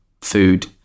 food